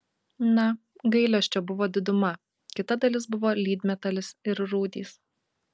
na gailesčio buvo diduma kita dalis buvo lydmetalis ir rūdys